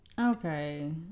Okay